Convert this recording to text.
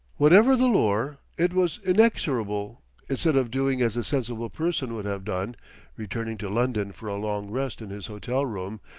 whatever the lure, it was inexorable instead of doing as a sensible person would have done returning to london for a long rest in his hotel room,